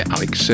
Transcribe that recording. Alex